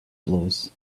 blows